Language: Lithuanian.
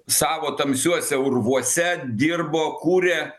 savo tamsiuose urvuose dirbo kūrė